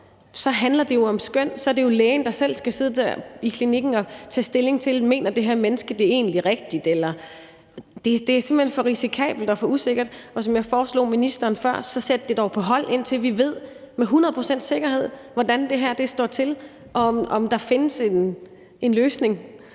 jo tale om et skøn, så er det jo lægen, der selv skal sidde i klinikken og tage stilling til, om det her menneske virkelig mener det. Det er simpelt hen for risikabelt og usikkert. Som jeg foreslog ministeren før, så sæt det dog på hold, indtil vi ved med hundrede procents sikkerhed, hvordan det står til med det her, og om der findes en løsning.